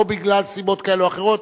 לא בגלל סיבות כאלה או אחרות.